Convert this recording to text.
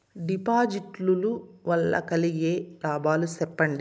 డిపాజిట్లు లు వల్ల కలిగే లాభాలు సెప్పండి?